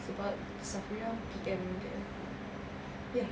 sebab safirah D_M dia